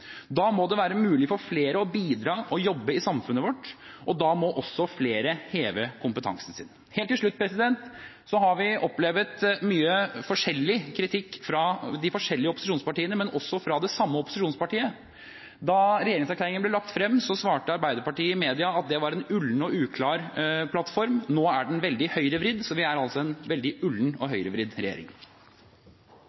Da må det være mulig for flere å bidra og jobbe i samfunnet vårt, og da må også flere heve kompetansen sin. Helt til slutt: Vi har opplevd mye forskjellig kritikk fra de forskjellige opposisjonspartiene, men også fra det samme opposisjonspartiet. Da regjeringserklæringen ble lagt frem, sa Arbeiderpartiet i media at det var en ullen og uklar plattform. Nå er den veldig høyrevridd, så vi er altså en veldig ullen og